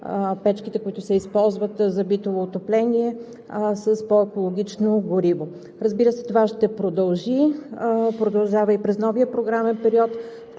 печките, които се използват за битово отопление с по-екологично гориво. Разбира се, това ще продължи, продължава и през новия програмен период,